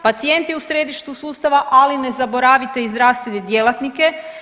Pacijent je u središtu sustava, ali ne zaboravite i zdravstvene djelatnike.